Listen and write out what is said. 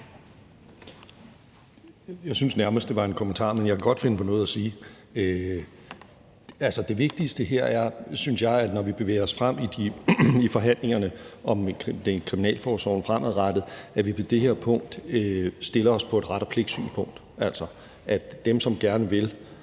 Jeg synes nærmest, det var en kommentar, men jeg kan godt finde på noget at sige. Altså, det vigtigste her er, synes jeg, at vi, når vi bevæger os frem i forhandlingerne om kriminalforsorgen fremadrettet, på det her punkt stiller os på et ret og pligt-synspunkt, altså at dem, som gerne vil,